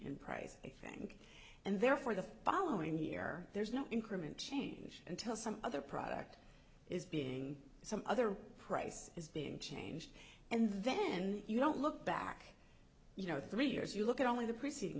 in price i think and therefore the following year there's no increment change until some other product is being some other price is being changed and then you don't look back you know three years you look at only the preceding